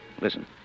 listen